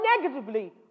negatively